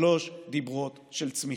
שלושה דיברות של צמיחה,